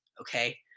okay